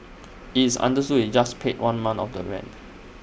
IT is understood he just paid one month of the rent